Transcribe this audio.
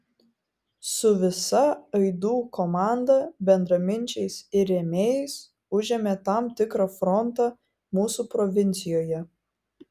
su visa aidų komanda bendraminčiais ir rėmėjais užėmė tam tikrą frontą mūsų provincijoje